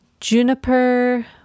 Juniper